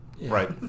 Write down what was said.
Right